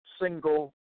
single